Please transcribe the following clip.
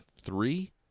three